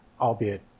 albeit